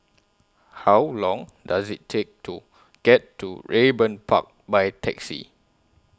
How Long Does IT Take to get to Raeburn Park By Taxi